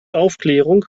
aufklärung